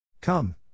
Come